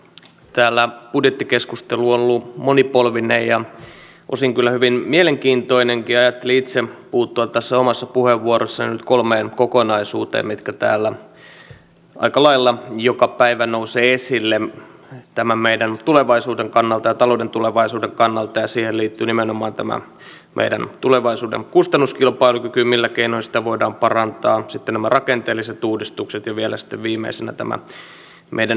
täällä budjettikeskustelu on ollut monipolvinen ja osin kyllä hyvin mielenkiintoinenkin ja ajattelin itse puuttua tässä omassa puheenvuorossani nyt kolmeen kokonaisuuteen mitkä täällä aika lailla joka päivä nousevat esille meidän tulevaisuutemme kannalta ja talouden tulevaisuuden kannalta ja siihen liittyy nimenomaan tämä meidän tulevaisuuden kustannuskilpailukyky millä keinoin sitä voidaan parantaa sitten nämä rakenteelliset uudistukset ja vielä sitten viimeisenä tämä meidän velkakehityksemme